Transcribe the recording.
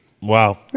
Wow